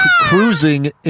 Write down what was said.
cruising